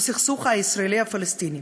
לסכסוך הישראלי פלסטיני,